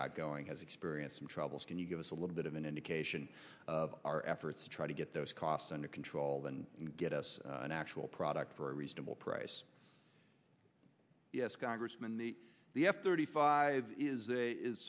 got going has experienced some troubles can you give us a little bit of an indication of our efforts to try to get those costs under control and get us an actual product for a reasonable price yes congressman the the f thirty five is a is